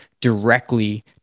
directly